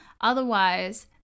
Otherwise